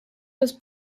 los